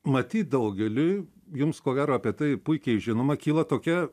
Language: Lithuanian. matyt daugeliui jums ko gero apie tai puikiai žinoma kyla tokia